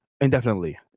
indefinitely